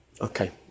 Okay